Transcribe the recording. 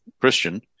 Christian